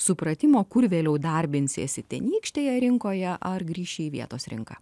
supratimo kur vėliau darbinsiesi tenykštėje rinkoje ar grįši į vietos rinką